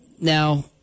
now